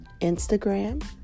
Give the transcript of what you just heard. Instagram